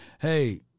hey